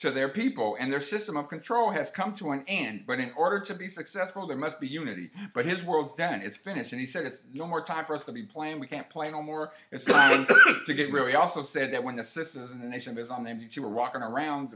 to their people and their system of control has come to an ant but in order to be successful there must be unity but his words then it's finished and he said it's no more time for us to be playing we can't play no more it's going to get really also said that when the system as a nation is on them if you were walking around